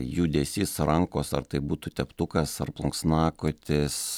judesys rankos ar tai būtų teptukas ar plunksnakotis